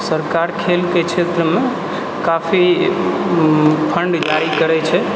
सरकार खेलके क्षेत्रमे काफी फण्ड जारी करै छै